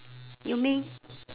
you mean